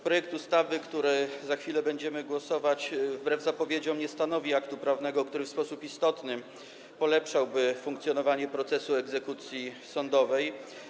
Projekt ustawy, nad którym za chwilę będziemy głosować, wbrew zapowiedziom nie stanowi aktu prawnego, który w sposób istotny polepszałby funkcjonowanie procesu egzekucji sądowej.